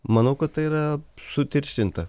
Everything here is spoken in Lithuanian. manau kad tai yra sutirštinta